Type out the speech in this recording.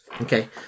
Okay